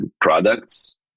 products